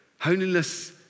Holiness